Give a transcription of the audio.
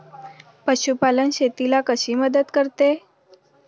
पशुपालन शेतीला कशी मदत करते?